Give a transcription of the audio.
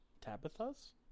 Tabitha's